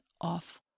off